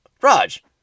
Raj